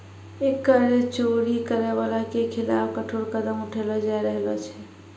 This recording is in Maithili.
कर चोरी करै बाला के खिलाफ कठोर कदम उठैलो जाय रहलो छै